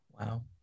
Wow